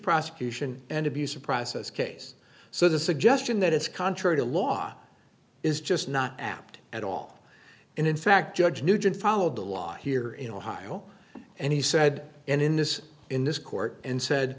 prosecution and abuse of process case so the suggestion that it's contrary to law is just not apt at all and in fact judge nugent followed the law here in ohio and he said and in this in this court and said